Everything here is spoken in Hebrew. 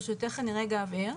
ברשותך, אני רגע אבהיר.